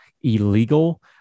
illegal